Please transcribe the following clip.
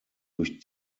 durch